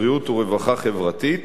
בריאות ורווחה חברתית.